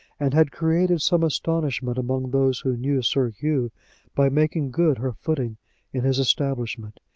and had created some astonishment among those who knew sir hugh by making good her footing in his establishment.